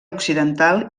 occidental